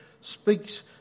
speaks